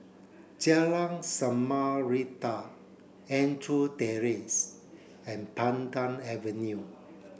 Jalan Samarinda Andrew Terrace and Pandan Avenue